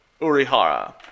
Urihara